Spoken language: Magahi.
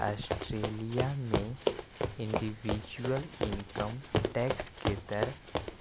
ऑस्ट्रेलिया में इंडिविजुअल इनकम टैक्स के दर